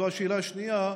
זו השאלה השנייה,